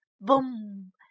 boom